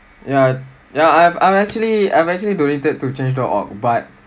ya ya I've I'm actually I'm actually donated to change dot org but